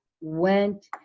went